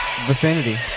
vicinity